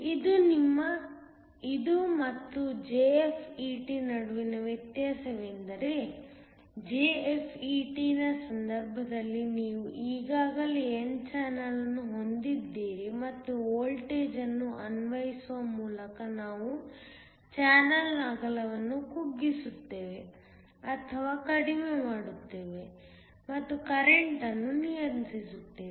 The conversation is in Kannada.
ಇದು ಮತ್ತು JFET ನಡುವಿನ ವ್ಯತ್ಯಾಸವೆಂದರೆ JFET ನ ಸಂದರ್ಭದಲ್ಲಿ ನೀವು ಈಗಾಗಲೇ n ಚಾನಲ್ ಅನ್ನು ಹೊಂದಿದ್ದೀರಿ ಮತ್ತು ವೋಲ್ಟೇಜ್ ಅನ್ನು ಅನ್ವಯಿಸುವ ಮೂಲಕ ನಾವು ಚಾನಲ್ನ ಅಗಲವನ್ನು ಕುಗ್ಗಿಸುತ್ತೇವೆ ಅಥವಾ ಕಡಿಮೆ ಮಾಡುತ್ತೇವೆ ಮತ್ತು ಕರೆಂಟ್ ಅನ್ನು ನಿಯಂತ್ರಿಸುತ್ತೇವೆ